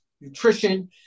nutrition